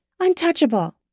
Untouchable